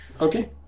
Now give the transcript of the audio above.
Okay